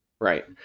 Right